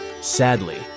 Sadly